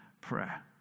prayer